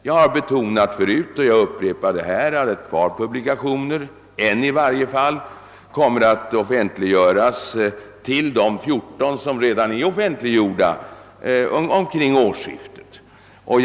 Jag har förut betonat — och jag upprepar detta — att till de fjorton publikationer som redan är offentliggjorda ytterligare ett par eller i varje fall en kommer att publiceras omkring årsskiftet.